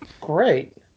great